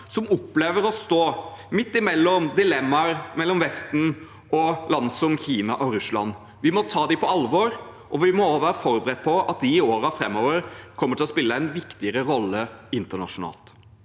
som opplever å stå midt imellom dilemmaer mellom Vesten og land som Kina og Russland. Vi må ta dem på alvor, og vi må også være forberedt på at de i årene framover kommer til å spille en viktigere rolle internasjonalt.